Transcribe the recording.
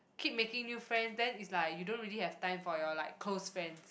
keep making new friend then is like you don't really have time for your like close friends